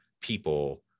people